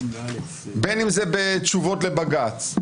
בין אם זה בתשובות לבג"ץ,